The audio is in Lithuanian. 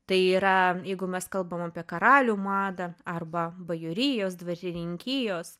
tai yra jeigu mes kalbam apie karalių madą arba bajorijos dvasininkijos